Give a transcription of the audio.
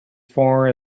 far